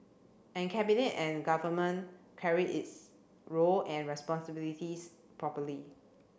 and cabinet and government carried its role and responsibilities properly